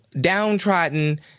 downtrodden